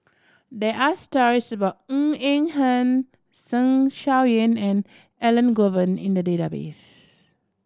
there are stories about Ng Eng Hen Zeng Shouyin and Elangovan in the database